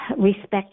respect